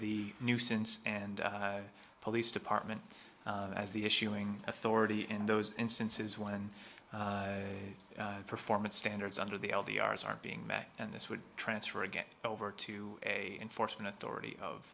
the nuisance and police department as the issuing authority in those instances when performance standards under the l d r is aren't being met and this would transfer again over to a enforcement authority of